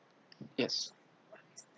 yes